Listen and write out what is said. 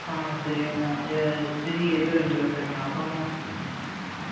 ஆ சரிங்கண்ணா சிறு கீரையில் ரெண்டு கட்டுங்கண்ணா அப்புறங்கண்ணா